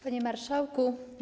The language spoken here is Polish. Panie Marszałku!